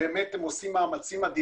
הם באמת עושים מאמצים אדירים